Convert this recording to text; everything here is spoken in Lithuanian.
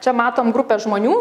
čia matom grupę žmonių